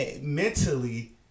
mentally